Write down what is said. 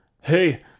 Hey